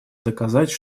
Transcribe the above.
доказать